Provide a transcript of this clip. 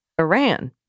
Iran